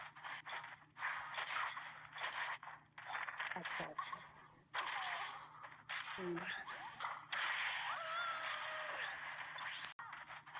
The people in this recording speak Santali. ᱟᱪᱪᱷᱟ ᱟᱪᱪᱷᱟ ᱦᱩᱸ